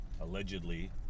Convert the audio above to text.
allegedly